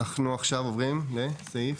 אנחנו עכשיו עוברים לאיזה סעיף?